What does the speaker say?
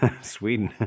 Sweden